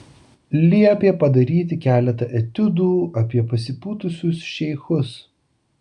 liepė padaryti keletą etiudų apie pasipūtusius šeichus